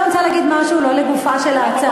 עכשיו אני רוצה להגיד משהו שלא לגופה של ההצעה.